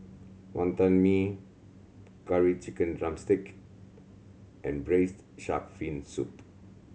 Wonton Mee Curry Chicken drumstick and Braised Shark Fin Soup